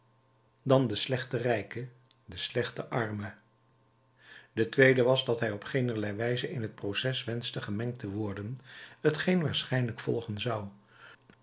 dan den slechten rijke den slechten arme de tweede was dat hij op geenerlei wijze in t proces wenschte gemengd te worden t geen waarschijnlijk volgen zou